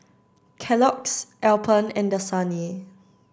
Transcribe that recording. Kellogg's Alpen and Dasani